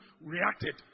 reacted